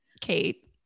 Kate